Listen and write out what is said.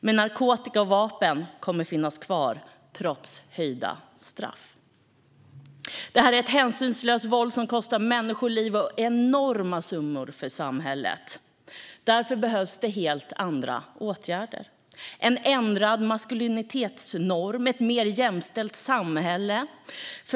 Men narkotikan och vapnen kommer att finnas kvar trots höjda straff. Det här är ett hänsynslöst våld som kostar människoliv och enorma summor för samhället. Därför behövs helt andra åtgärder. Det behövs en ändrad maskulinitetsnorm och ett mer jämställt samhälle.